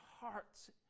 hearts